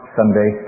Sunday